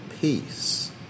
peace